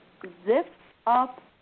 zip-up